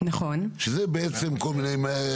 שזה בעצם כל מיני אנשי מקצוע,